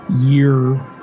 year